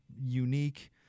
unique